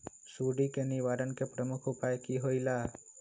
सुडी के निवारण के प्रमुख उपाय कि होइला?